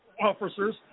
officers